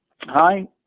Hi